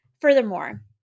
Furthermore